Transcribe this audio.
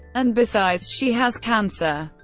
and besides, she has cancer.